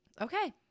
Okay